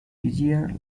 easier